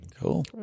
Cool